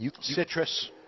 citrus